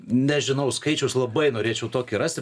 nežinau skaičius labai norėčiau tokį rasti